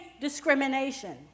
discrimination